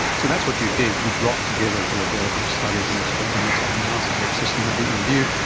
so that's what you did, you brought together the available studies in what's called a meta-analysis or a systematic review.